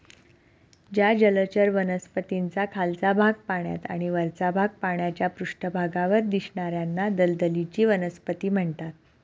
ज्या जलचर वनस्पतींचा खालचा भाग पाण्यात आणि वरचा भाग पाण्याच्या पृष्ठभागावर दिसणार्याना दलदलीची वनस्पती म्हणतात